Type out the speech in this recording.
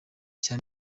cya